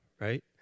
right